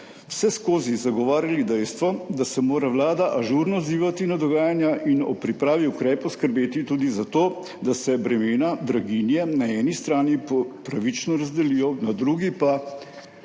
vseskozi zagovarjali dejstvo, da se mora vlada ažurno odzivati na dogajanja in ob pripravi ukrepov skrbeti tudi za to, da se bremena draginje na eni strani pravično razdelijo, na drugi pa